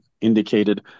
indicated